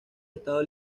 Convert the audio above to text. estado